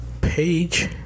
Page